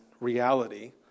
reality